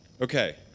Okay